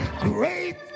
Great